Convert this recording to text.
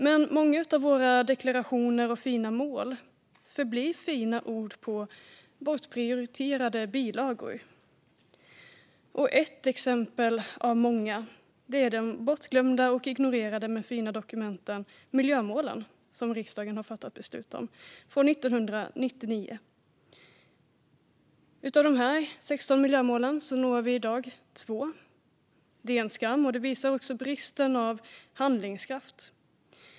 Men många av våra deklarationer och fina mål förblir fina ord på bortprioriterade bilagor. Ett exempel av många bortglömda och ignorerade men fina dokument är miljömålen från 1999, som riksdagen har fattat beslut om. Av de 16 miljömålen når vi i dag två. Det är en skam, och det visar också bristen på handlingskraft.